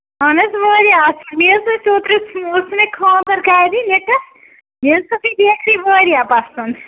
اَہن حظ واریاہ اَصٕل مےٚ حظ ٲس اوترٕ مےٚ حظ اوس خاندَر گرِ نِکَس مےٚ حظ کھٔژٕے پیسٹری واریاہ پَسنٛد